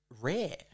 rare